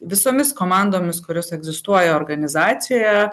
visomis komandomis kurios egzistuoja organizacijoje